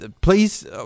Please